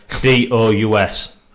D-O-U-S